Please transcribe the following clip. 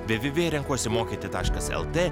vėvėvė renkuosi mokyti taškas lt